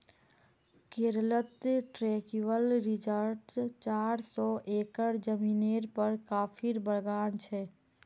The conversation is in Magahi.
केरलत ट्रैंक्विल रिज़ॉर्टत चार सौ एकड़ ज़मीनेर पर कॉफीर बागान छ